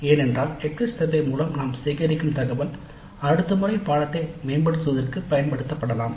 ஏனென்றால் exit survey மூலம் நாம் சேகரிக்கும் தகவல் அடுத்த முறை பாடநெறியை மேம்படுத்துவதற்கு பயன்படுத்தப்படலாம்